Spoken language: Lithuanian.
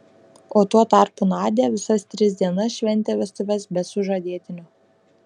o tuo tarpu nadia visas tris dienas šventė vestuves be sužadėtinio